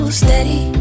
steady